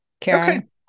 Karen